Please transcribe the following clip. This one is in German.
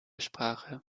sprache